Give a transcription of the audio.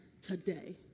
today